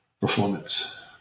performance